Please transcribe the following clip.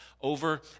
Over